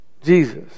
Jesus